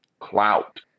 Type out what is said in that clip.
clout